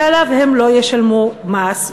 שעליו הם לא ישלמו מס,